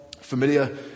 familiar